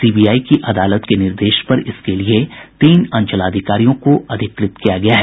CBI की विशेष अदालत के निर्देश पर इसके लिए तीन अंचलाधिकारियों को अधिकृत किया गया है